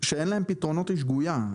שאין להם פתרונות היא שגויה.